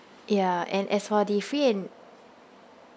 ya and as for the free and